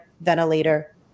Ventilator